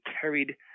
carried